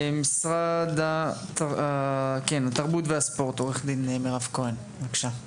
משרד התרבות והספורט, עו"ד מירב כהן, בבקשה.